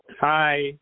Hi